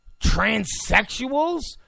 transsexuals